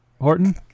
Horton